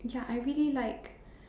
ya I really like